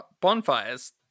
bonfires